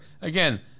Again